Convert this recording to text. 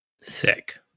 Sick